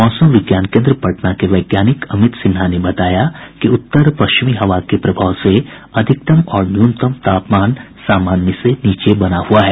मौसम विज्ञान केन्द्र पटना के वैज्ञानिक अमित सिन्हा ने बताया कि उत्तर पश्चिमी हवा के प्रभाव से अधिकतम और न्यूनतम तापमान सामान्य से नीचे बना हआ है